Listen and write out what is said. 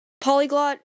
polyglot